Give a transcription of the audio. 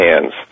hands